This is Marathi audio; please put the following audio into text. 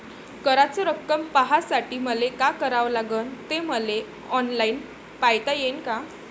कराच रक्कम पाहासाठी मले का करावं लागन, ते मले ऑनलाईन पायता येईन का?